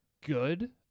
good